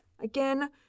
again